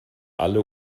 alle